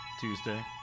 Tuesday